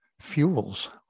fuels